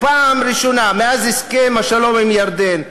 פעם ראשונה מאז הסכם השלום עם ירדן,